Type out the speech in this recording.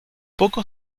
poco